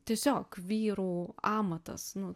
tiesiog vyrų amatas nu